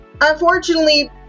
unfortunately